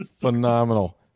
Phenomenal